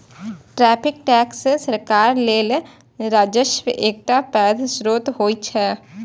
tariff tax सरकार लेल राजस्वक एकटा पैघ स्रोत होइ छै